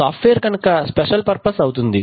soft wear కనుక special purpose అవుతుంది